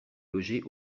loger